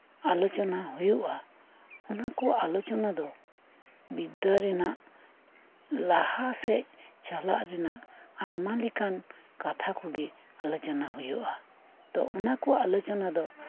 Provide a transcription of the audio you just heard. ᱟᱞᱚ ᱪᱚᱱᱟ ᱦᱩᱭᱩᱜ ᱟ ᱚᱱᱟᱠᱩ ᱟᱞᱚᱪᱚᱱᱟ ᱫᱚ ᱵᱤᱨᱫᱟᱹᱨᱮᱱᱟᱜ ᱞᱟᱦᱟᱥᱮᱫ ᱪᱟᱞᱟᱜ ᱨᱮᱱᱟᱜ ᱟᱭᱢᱟᱞᱮᱠᱟᱱ ᱠᱟᱛᱷᱟᱠᱚᱜᱮ ᱟᱞᱚᱪᱚᱱᱟ ᱦᱩᱭᱩᱜ ᱟ ᱛᱚ ᱚᱱᱟᱠᱩ ᱟᱞᱚᱪᱚᱱᱟ ᱫᱚ